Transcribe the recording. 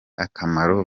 akamaro